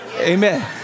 Amen